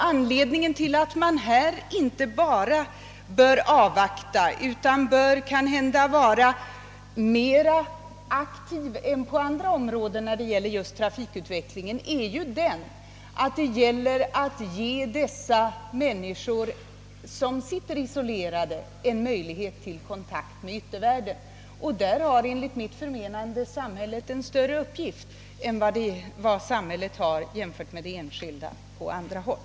Anledningen till att man inte bara bör avvakta utan kanske vara aktivare än på andra områden beträffande just denna trafikutveckling är den, att det gäller att ge dessa isolerade människor möjlighet till kontakt med yttervärlden. Här har enligt min mening samhället en större uppgift än då det är fråga om att linjer | hjälpa enskilda människor på andra håll.